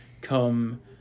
come